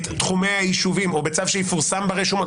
את תחומי היישובים או בצו שיפורסם ברשומות,